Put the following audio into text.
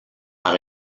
par